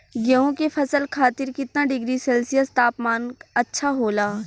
गेहूँ के फसल खातीर कितना डिग्री सेल्सीयस तापमान अच्छा होला?